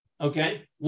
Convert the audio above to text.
Okay